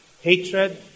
hatred